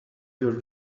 your